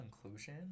conclusion